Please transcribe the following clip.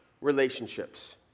relationships